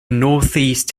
northeast